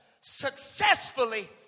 Successfully